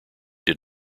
did